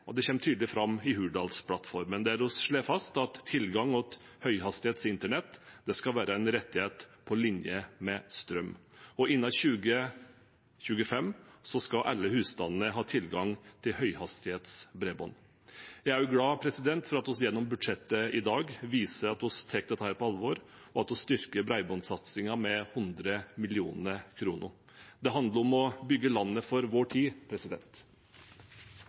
og det kommer tydelig fram i Hurdalsplattformen, der vi slår fast at tilgang til høykapasitets internett skal være en rettighet på lik linje med strøm, og at innen 2025 skal alle husstander ha tilgang til høyhastighetsbredbånd. Jeg er også glad for at vi gjennom budsjettet i dag viser at vi tar dette på alvor, og at vi styrker bredbåndsatsingen med 100 mill. kr. Det handler om å bygge landet for vår tid.